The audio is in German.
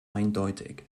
eindeutig